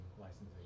licensing